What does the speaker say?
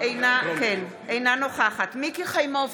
אינה נוכחת מיקי חיימוביץ'